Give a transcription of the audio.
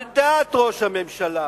על דעת ראש הממשלה,